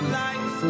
life